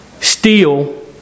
steal